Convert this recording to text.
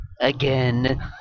Again